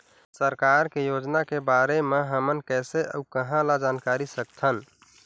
सरकार के योजना के बारे म हमन कैसे अऊ कहां ल जानकारी सकथन?